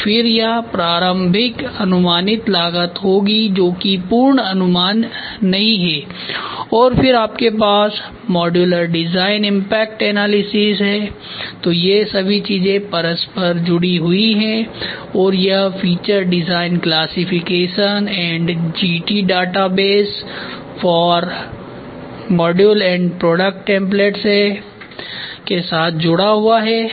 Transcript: तो फिर यह प्रारंभिक अनुमानित लागत होगी जो कि पूर्ण अनुमान नहीं है और फिर आपके पास मॉडुलर डिज़ाइन इम्पैक्ट एनालिसिस तो ये सभी चीजें परस्पर जुड़ी हुई हैं और यह feature design classification and GT data base DB for modules and product templates and GT Data Base DB for modules and product templates के साथ जुड़ा हुआ है